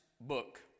book